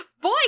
boy